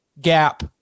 Gap